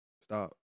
stop